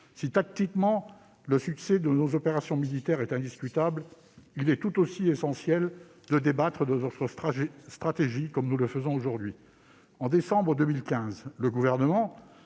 Si, tactiquement, le succès de nos opérations militaires est indiscutable, il est tout aussi essentiel de débattre de notre stratégie, comme nous le faisons aujourd'hui. En décembre 2015, le gouvernement,